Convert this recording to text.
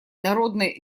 народно